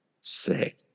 Sick